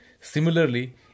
similarly